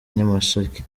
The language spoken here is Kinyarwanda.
nyamasheke